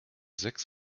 sechs